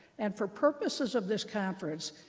and for purposes of this conference,